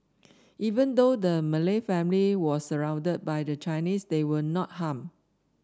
even though the Malay family was surrounded by the Chinese they were not harmed